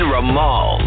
Ramal